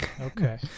Okay